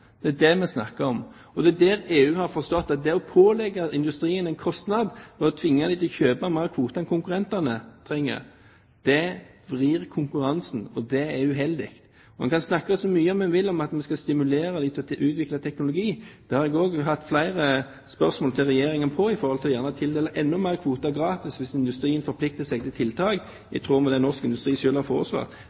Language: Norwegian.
Det er det vi snakker om. Det er det EU har forstått – at det å pålegge industrien en kostnad ved å tvinge den til å kjøpe flere kvoter enn konkurrentene trenger, vrir konkurransen, og det er uheldig. En kan snakke så mye en vil om at vi skal stimulere til å utvikle teknologi – jeg har stilt flere spørsmål til Regjeringen om å tildele enda flere kvoter gratis hvis industrien forplikter seg til tiltak, i tråd med det norsk industri selv har foreslått.